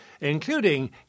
including